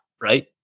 right